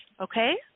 okay